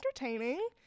entertaining